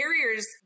carriers